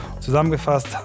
Zusammengefasst